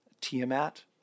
Tiamat